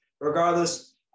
Regardless